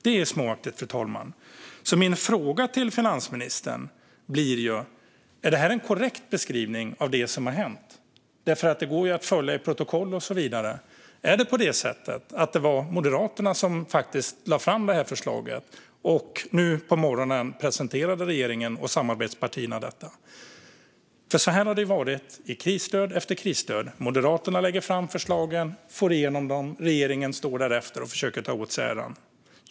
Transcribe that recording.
Det är småaktigt, fru talman! Min fråga till finansministern blir: Är detta en korrekt beskrivning av det som har hänt? Det går ju att följa det i protokoll och så vidare. Stämmer det att det faktiskt var Moderaterna som lade fram förslaget, samma förslag som regeringen och samarbetspartierna presenterade nu på morgonen? Så har det nämligen varit med krisstöd efter krisstöd: Moderaterna lägger fram förslagen och får igenom dem, och därefter står regeringen och försöker ta åt sig äran.